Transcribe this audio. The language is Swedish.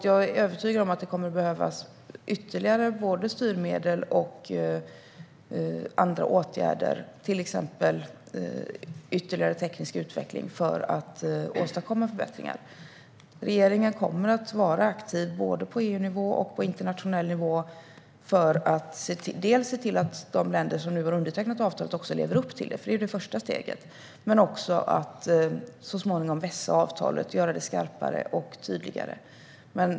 Jag är övertygad om att det kommer att behövas både ytterligare styrmedel och andra åtgärder, till exempel ytterligare teknisk utveckling, för att åstadkomma förbättringar. Regeringen kommer att vara aktiv både på EU-nivå och på internationell nivå för att dels se till att de länder som har undertecknat avtalet också lever upp till det - det är det första steget - dels att så småningom vässa avtalet och göra det skarpare och tydligare.